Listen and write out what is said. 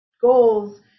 goals